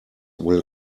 will